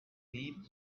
deep